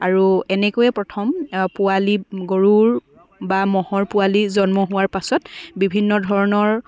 আৰু এনেকৈয়ে প্ৰথম পোৱালী গৰুৰ বা ম'হৰ পোৱালি জন্ম হোৱাৰ পাছত বিভিন্ন ধৰণৰ